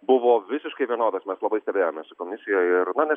buvo visiškai vienodos mes labai stebėjomės komisijoj ir na